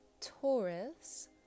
Taurus